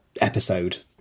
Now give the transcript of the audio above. episode